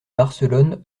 barcelone